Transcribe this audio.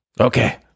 Okay